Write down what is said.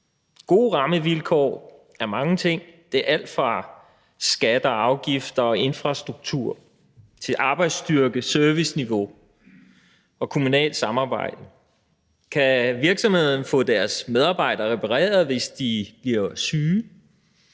Gode rammevilkår er mange ting. Det er alt fra skatter og afgifter og infrastruktur til arbejdsstyrke, serviceniveau og kommunalt samarbejde. Kan virksomhederne få deres medarbejdere repareret, hvis de bliver syge?